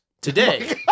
Today